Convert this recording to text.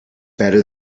better